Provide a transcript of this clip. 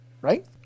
right